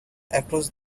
across